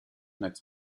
next